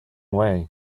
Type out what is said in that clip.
way